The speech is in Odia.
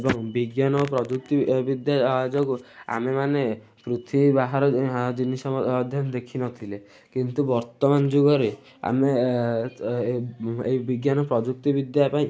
ଏବଂ ବିଜ୍ଞାନ ଓ ପ୍ରଯୁକ୍ତି ଏ ବିଦ୍ୟା ଯୋଗୁଁ ଆମେମାନେ ପୃଥିବୀ ବାହାର ଜିନିଷ ଅଧେ ଦେଖିନଥିଲେ କିନ୍ତୁ ବର୍ତ୍ତମାନ ଯୁଗରେ ଆମେ ଏଇ ବିଜ୍ଞାନ ପ୍ରଯୁକ୍ତିବିଦ୍ୟା ପାଇଁ